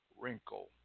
wrinkle